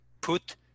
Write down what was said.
put